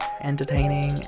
entertaining